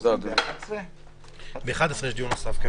הישיבה נעולה.